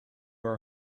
are